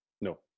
No